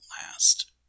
last